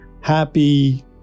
happy